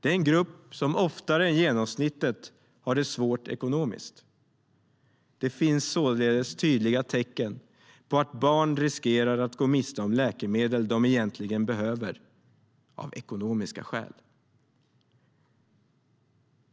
Det är en grupp som oftare än genomsnittet har det svårt ekonomiskt. Det finns således tydliga tecken på att barn riskerar att gå miste om läkemedel som de egentligen behöver av ekonomiska skäl.